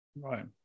Right